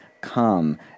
come